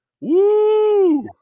Woo